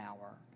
hour